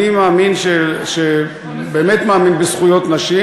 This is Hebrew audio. אני באמת מאמין בזכויות נשים